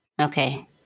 Okay